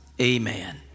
Amen